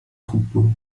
troupeaux